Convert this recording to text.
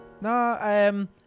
No